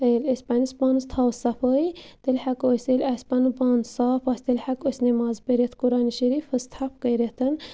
ییٚلہِ أسۍ پنٛنِس پانَس تھاوو صفٲیی تیٚلہِ ہٮ۪کو أسۍ ییٚلہِ اَسہِ پَنُن پان صاف آسہِ تیٚلہِ ہٮ۪کو أسۍ نٮ۪ماز پٔرِتھ قرآنِ شریٖفَس تھپھ کٔرِتھ